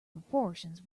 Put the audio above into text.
proportions